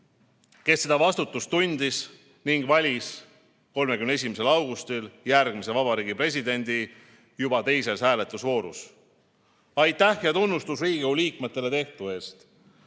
kes seda vastutust tundis ning valis 31. augustil järgmise Eesti Vabariigi presidendi juba teises hääletusvoorus. Aitäh ja tunnustus Riigikogu liikmetele tehtu eest!